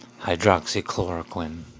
hydroxychloroquine